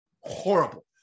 horrible